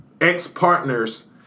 ex-partners